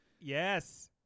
yes